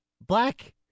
black